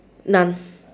none